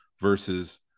versus